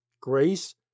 grace